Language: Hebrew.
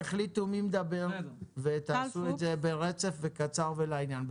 תחליטו מי מדבר ותעשו את זה ברצף וקצר ולעניין.